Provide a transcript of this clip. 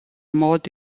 mod